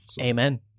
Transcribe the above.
Amen